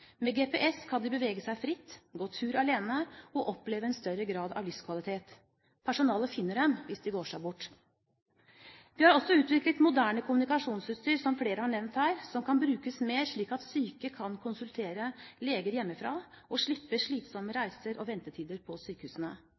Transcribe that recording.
Med GPS kan de bevege seg fritt, gå tur alene og oppleve en større grad av livskvalitet. Personalet finner dem hvis de går seg bort. Det er også utviklet moderne kommunikasjonsutstyr, som flere har nevnt her, som kan brukes mer, slik at syke kan konsultere leger hjemmefra, og slippe slitsomme reiser og ventetider på sykehusene.